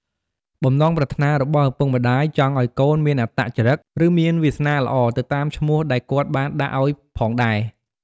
បំណងប្រាថ្នារបស់ឪពុកម្តាយចង់ឲ្យកូនមានអត្តចរឹក ឬមានវាសនាល្អ ទៅតាមឈ្មោះដែលគាត់បានដាក់ឲ្យផងដែរ។